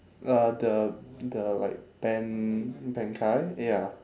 uh the the like ben~ benkai ya